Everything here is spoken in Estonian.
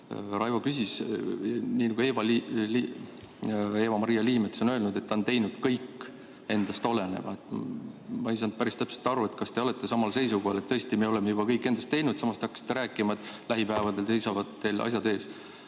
Raivo küsis selle kohta, et Eva-Maria Liimets on öelnud, et ta on teinud kõik endast oleneva. Ma ei saanud päris täpselt aru, kas te olete samal seisukohal, et tõesti, me oleme juba kõik endast oleneva teinud, samas te hakkasite rääkima, et lähipäevadel seisavad teil asjad ees.